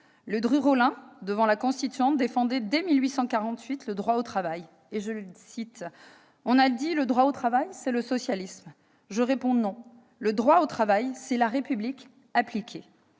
Ledru-Rollin, devant la Constituante, défendait, dès 1848, le droit au travail :« On a dit, le droit au travail, c'est le socialisme. Je réponds : non, le droit au travail, c'est la République appliquée ».